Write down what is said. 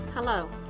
Hello